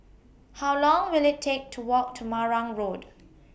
How Long Will IT Take to Walk to Marang Road